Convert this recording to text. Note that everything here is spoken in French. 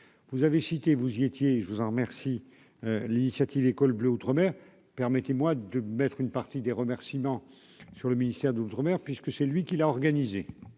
vous avez cité, vous y étiez, je vous en remercie l'initiative École bleu Outre-Mer permettez-moi de mettre une partie des remerciements sur le ministère de l'Outre-mer, puisque c'est lui qui l'a organisé